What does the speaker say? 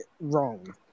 wrong